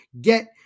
get